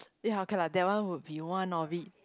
ya okay lah that one will be one of it